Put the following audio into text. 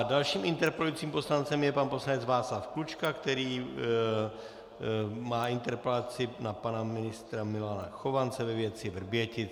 Dalším interpelujícím poslancem je pan poslanec Václav Klučka, který má interpelaci na pana ministra Milana Chovance ve věci Vrbětic.